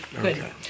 Good